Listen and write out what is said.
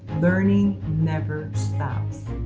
learning never stops.